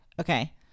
okay